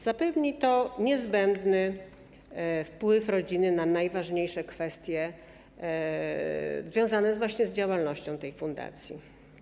Zapewni to niezbędny wpływ rodziny na najważniejsze kwestie związane właśnie z działalnością tej fundacji.